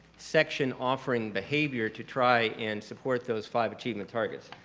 section offering behavior to try and support those five achievement targets.